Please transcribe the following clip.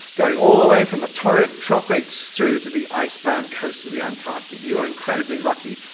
going all the way from the torrid tropics through to the ice-bound coast of the antarctic. you are incredibly lucky.